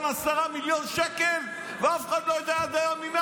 10 מיליון שקל ועד היום אף אחד לא יודע ממה.